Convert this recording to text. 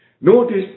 notice